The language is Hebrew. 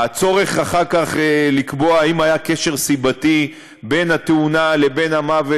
הצורך אחר כך לקבוע האם היה קשר סיבתי בין התאונה לבין המוות,